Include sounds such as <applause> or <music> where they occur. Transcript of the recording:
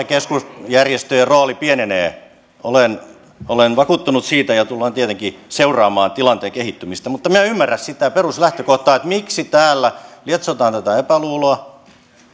<unintelligible> keskusjärjestöjen rooli pienenee olen olen vakuuttunut siitä ja tullaan tietenkin seuraamaan tilanteen kehittymistä mutta minä en ymmärrä sitä peruslähtökohtaa miksi täällä lietsotaan tätä epäluuloa